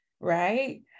Right